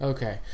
Okay